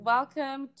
Welcome